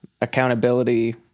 accountability